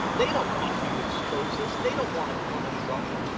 they don't want to expose this. they don't want to punish russia.